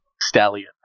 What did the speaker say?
stallion